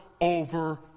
over